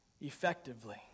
effectively